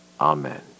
Amen